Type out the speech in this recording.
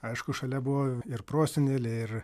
aišku šalia buvo ir prosenelė ir